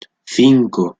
cinco